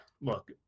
look